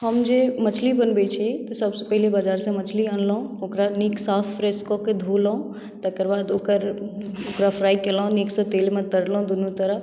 हम जे मछली बनबै छी सभसँ पहिले बाजारसँ मछली अनलहुँ ओकरा नीकसँ फ्रेश कऽ कऽ धोलहुँ तकर बाद ओकरा पुरा फ्राई केलहुँ निकसँ तेलमे तरलहुँ दुनू तरफ